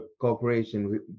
corporation